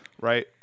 Right